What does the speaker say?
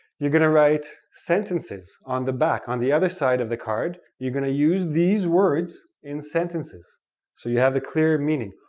you're going to write sentences on the back, on the other side of the card, you're going to use these words in sentences so you have the clearer meaning.